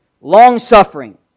long-suffering